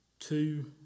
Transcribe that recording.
Two